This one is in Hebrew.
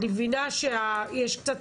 אני מבינה שיש קצת